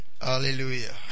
Hallelujah